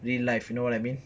real life you know what I mean